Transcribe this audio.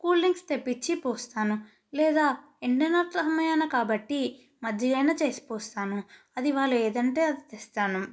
cool drinks తెప్పించి పోస్తాను లేదా ఎండనతన్మయ కాబట్టి మజ్జిగైనా చేసి పోస్తాను అది వాళ్ళు ఏదంటే అది ఇస్తాను